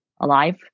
Alive